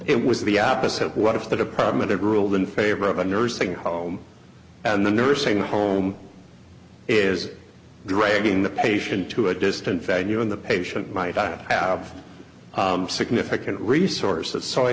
it was the opposite what if the department had ruled in favor of a nursing home and the nursing home is dragging the patient to a distant value when the patient might not have significant resources so i